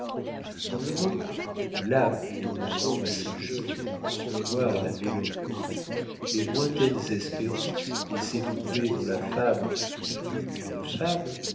dans le moment où l'âme est encore assez jeune pour concevoir la mélancolie les lointaines espérances et sait trouver dans la femme plus qu'une femme